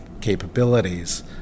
capabilities